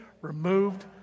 removed